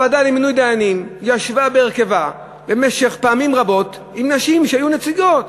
הוועדה למינוי דיינים ישבה בהרכבה במשך פעמים רבות עם נשים שהיו נציגות,